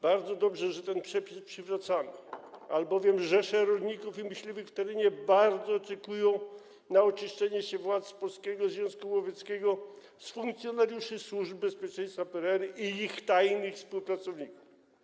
Bardzo dobrze, że ten przepis przywracamy, albowiem rzesze rolników i myśliwych w terenie bardzo oczekują na oczyszczenie się władz Polskiego Związku Łowieckiego z funkcjonariuszy służb bezpieczeństwa PRL i ich tajnych współpracowników.